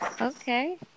Okay